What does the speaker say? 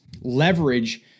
leverage